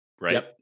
Right